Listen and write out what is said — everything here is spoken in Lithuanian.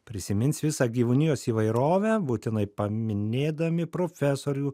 prisimins visą gyvūnijos įvairovę būtinai paminėdami profesorių